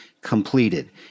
completed